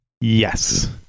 Yes